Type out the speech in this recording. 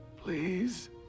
Please